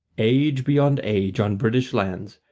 age beyond age on british land,